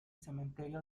cementerio